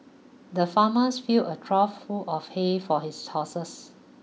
the farmer filled a trough full of hay for his horses